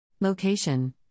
Location